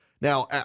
Now